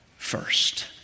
First